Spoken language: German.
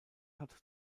hat